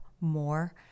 more